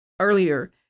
earlier